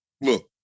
Look